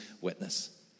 witness